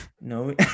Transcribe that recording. No